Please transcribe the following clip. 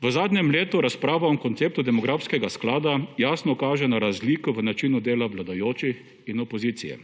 V zadnjem letu razprava o konceptu demografskega sklada jasno kaže na razliko v načinu dela vladajočih in opozicije.